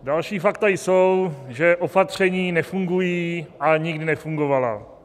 Další fakta jsou, že opatření nefungují, ani nikdy nefungovala.